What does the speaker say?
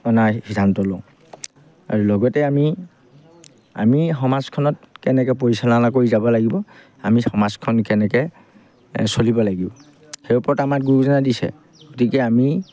পেলাই সিদ্ধান্ত লওঁ আৰু লগতে আমি আমি সমাজখনত কেনেকৈ পৰিচালনা কৰি যাব লাগিব আমি সমাজখন কেনেকৈ চলিব লাগিব সেই ওপৰত আমাৰ গুৰুজনাই দিছে গতিকে আমি